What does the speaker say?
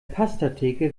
pastatheke